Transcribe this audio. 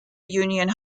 union